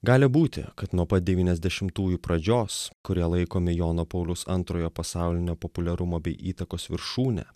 gali būti kad nuo pat devyniasdešimtųjų pradžios kurie laikomi jono pauliaus antrojo pasaulinio populiarumo bei įtakos viršūne